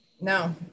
No